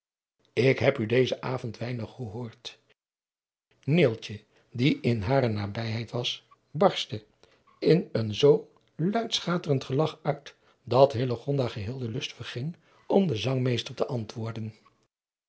ik heb u dezen avond weinig gehoord neeltje die in hare nabijheid was barstte in een zoo luidschaterend gelach uit dat hillegonda geheel de lust verging om den zangmeester te antwoorden